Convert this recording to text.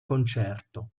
concerto